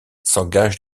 s’engage